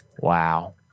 wow